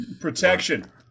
Protection